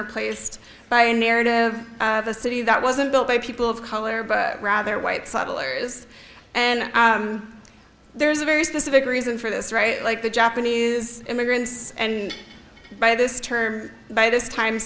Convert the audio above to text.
replaced by a narrative of a city that wasn't built by people of color but rather white settlers and there's a very specific reason for this right like the japanese immigrants and by this term by this time